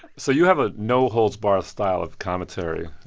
so you have a no-holds-barred style of commentary,